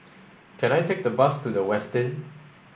can I take the bus to The Westin